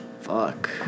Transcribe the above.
Fuck